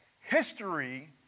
history